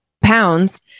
pounds